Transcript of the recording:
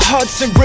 Hudson